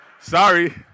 sorry